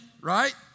right